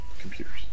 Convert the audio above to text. computers